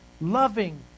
loving